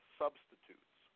substitutes